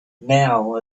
now